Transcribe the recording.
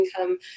income